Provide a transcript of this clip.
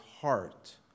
heart